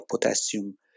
potassium